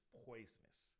poisonous